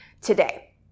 today